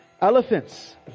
elephants